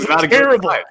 terrible